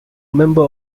member